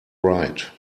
right